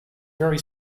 very